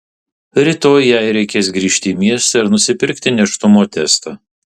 rytoj jai reikės grįžti į miestą ir nusipirkti nėštumo testą